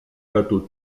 bateaux